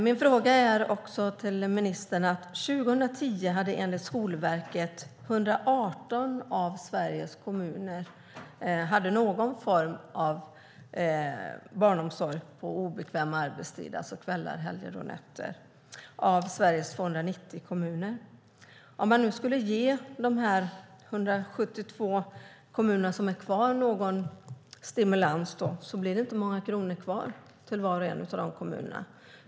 Min fråga till ministern är också: År 2010 hade enligt Skolverket 118 av Sveriges 290 kommuner någon form av barnomsorg på obekväm arbetstid, alltså kvällar, helger och nätter, om man nu skulle ge de 172 kommunerna som är kvar någon stimulans blir det inte många kronor kvar till var och en av de kommunerna.